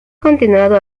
continuado